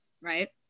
right